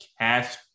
cash